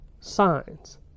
signs